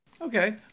Okay